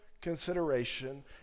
consideration